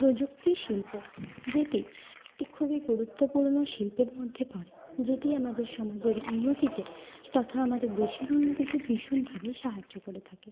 প্রযুক্তি শিল্প যেটি একটি খুবই গুরুত্বপূর্ণ শিল্পের মধ্যে পড়ে যেটি আমাদের সমাজের উন্নতিতে তথা আমাদের দেশের উন্নতিতে ভীষণভাবে সাহায্য করে থাকে